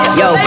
yo